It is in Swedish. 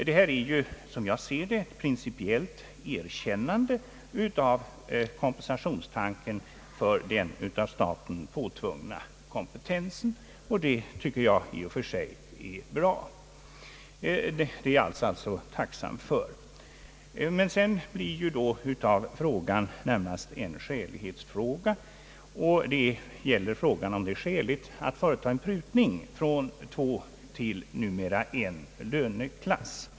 Detta är som jag ser det ett principiellt erkännande av kompensationstanken för den av staten påtvingade kompetensen, och det tycker jag i och för sig är bra. Det är jag alltså tacksam för. Men sedan blir frågan närmast en skälighetsfråga. Det gäller om det är skäligt att företa en prutning från två till numera en löneklass.